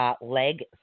Leg